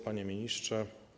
Panie Ministrze!